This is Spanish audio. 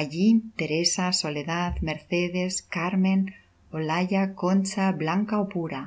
allí teresa soledad mercedes carmen olalla concha blanca ó pura